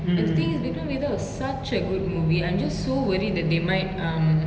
and the thing is vikram rathore was such a good movie I'm just so worried that they might um